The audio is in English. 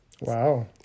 wow